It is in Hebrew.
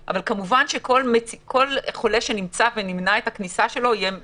אבל כמובן שכל חולה שנמצא ונמנע את הכניסה שלו זה יהיה מבורך.